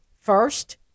First